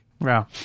Wow